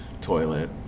toilet